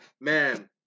Man